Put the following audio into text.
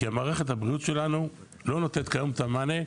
כי מערכת הבריאות שלנו לא נותנת כיום את המענה.